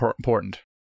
important